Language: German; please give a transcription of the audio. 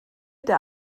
der